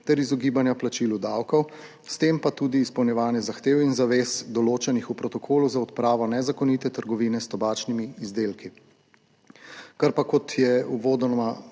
ter izogibanja plačilu davkov, s tem pa tudi izpolnjevanje zahtev in zavez, določenih v protokolu za odpravo nezakonite trgovine s tobačnimi izdelki. Kot je uvodoma